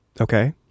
Okay